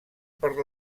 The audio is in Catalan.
per